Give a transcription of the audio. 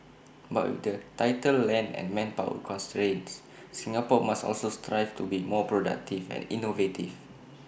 but with the tighter land and manpower constraints Singapore must also strive to be more productive and innovative